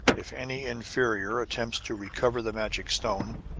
if any inferior attempts to recover the magic stone,